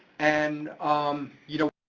and um you know,